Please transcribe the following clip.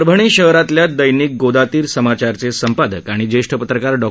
परभणी शहरातल्या दैनिक गोदातीर समाचारचे संपादक आणि ज्येष्ठ पत्रकार डॉ